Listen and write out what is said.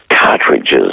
cartridges